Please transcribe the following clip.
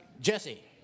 Jesse